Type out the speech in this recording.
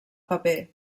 paper